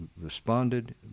responded